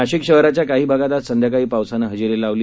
नाशिक शहराच्या काही भागात आज संध्याकाळी पावसानं हजेरी लावली